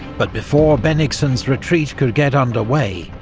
but before bennigsen's retreat could get underway,